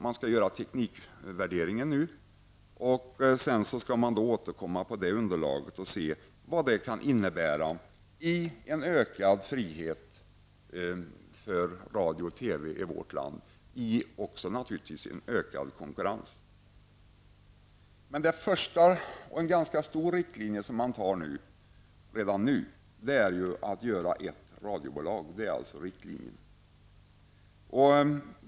Man skall göra teknikvärderingen nu, och sedan skall man med det som underlag återkomma och undersöka vad det kan innebära av ökad frihet för radio och TV i vårt land -- naturligtvis också i en ökad konkurrens. En viktig riktlinje, som man redan nu beslutar om, är att göra ett radiobolag.